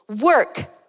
Work